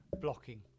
blocking